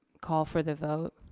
call for the vote.